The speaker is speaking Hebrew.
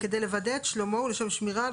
כדי לוודא את שלומו ולשם שמירה על